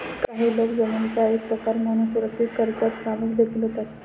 काही लोक जामीनाचा एक प्रकार म्हणून सुरक्षित कर्जात सामील देखील होतात